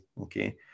okay